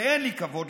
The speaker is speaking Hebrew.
ואין לי כבוד,